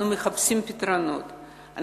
אנחנו מחפשים פתרונות,